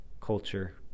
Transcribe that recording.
culture